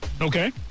Okay